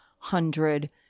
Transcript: Hundred